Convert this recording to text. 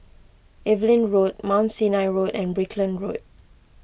Evelyn Road Mount Sinai Road and Brickland Road